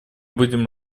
будем